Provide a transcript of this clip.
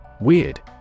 Weird